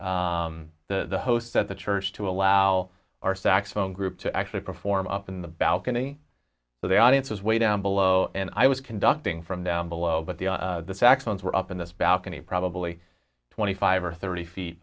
convinced the host at the church to allow our saxophone group to actually perform up in the balcony so the audience was way down below and i was conducting from down below but the saxons were up in this balcony probably twenty five or thirty feet